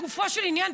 גופו של עניין,